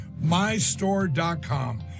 mystore.com